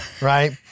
right